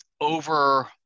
over –